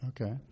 Okay